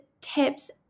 tips